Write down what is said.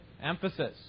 Emphasis